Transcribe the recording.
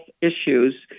issues